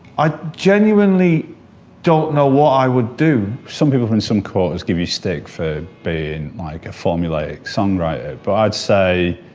i genuinely don't know what i would do. some people from some quarters give you steak for being, like, a formulaic songwriter, but i'd say,